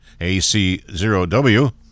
AC0W